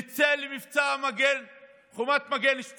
נצא למבצע חומת מגן 2,